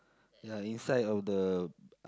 ya inside of the